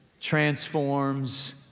transforms